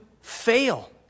fail